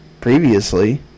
previously